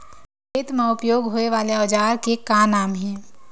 खेत मा उपयोग होए वाले औजार के का नाम हे?